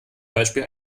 beispiel